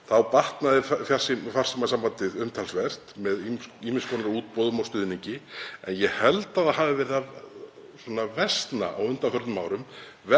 batnaði farsímasambandið umtalsvert með ýmiss konar útboðum og stuðningi en ég held að það hafi verið að versna á undanförnum árum